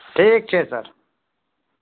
ठीक छै सर